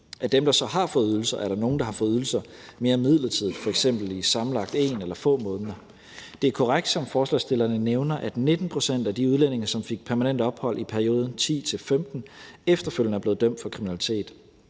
Af dem, der så har fået ydelser, er der nogle, der har fået ydelser mere midlertidigt, f.eks. i sammenlagt 1 måned eller få måneder. Det er korrekt, som forslagsstillerne nævner, at 19 pct. af de udlændinge, som fik permanent ophold i perioden 2010-2015, efterfølgende er blevet dømt for kriminalitet.